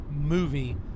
movie